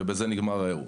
ובזה נגמר האירוע.